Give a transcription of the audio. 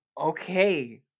okay